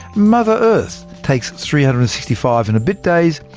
mother earth takes three hundred and sixty five and a bit days,